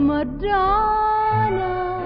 Madonna